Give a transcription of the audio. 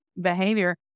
behavior